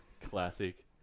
classic